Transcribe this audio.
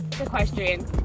equestrian